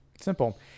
simple